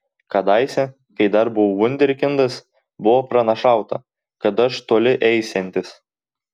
kadaise kai dar buvau vunderkindas buvo pranašauta kad aš toli eisiantis